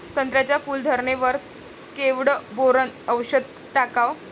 संत्र्याच्या फूल धरणे वर केवढं बोरोंन औषध टाकावं?